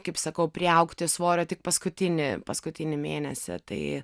kaip sakau priaugti svorio tik paskutinį paskutinį mėnesį tai